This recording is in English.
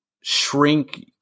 shrink